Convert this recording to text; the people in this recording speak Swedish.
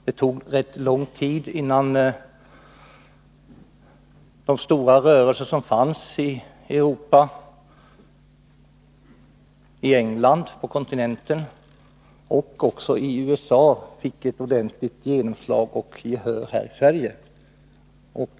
Det tog rätt lång tid innan de stora rörelser som fanns i Europa, i England, på kontinenten och i USA fick ett ordentligt genomslag och gehör här i Sverige.